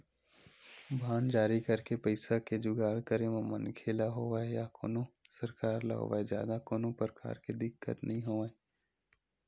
bond जारी करके पइसा के जुगाड़ करे म मनखे ल होवय या कोनो सरकार ल होवय जादा कोनो परकार के दिक्कत नइ होवय